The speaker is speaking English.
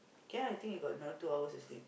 can ah I think you got another two hours of sleep